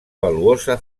valuosa